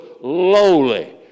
lowly